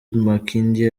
makindye